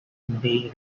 they